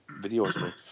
videos